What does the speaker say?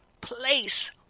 place